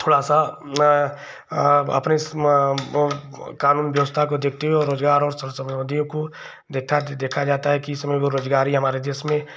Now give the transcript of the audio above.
थोड़ा सा अपने कानून व्यवस्था को देखते हुए रोज़गार और सर सम्बन्धियों को देखा जाता है कि इस समय बेरोज़गारी हमारे देश में